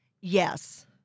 Yes